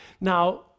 Now